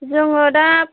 जोङो दा